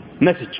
message